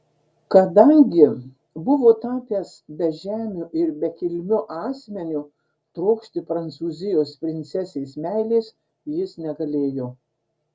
kadangi buvo tapęs bežemiu ir bekilmiu asmeniu trokšti prancūzijos princesės meilės jis negalėjo